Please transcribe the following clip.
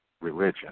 religion